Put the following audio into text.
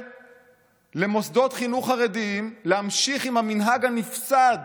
למוסדות חינוך חרדיים להמשיך עם המנהג הנפסד